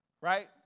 right